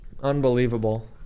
Unbelievable